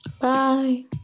Bye